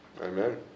Amen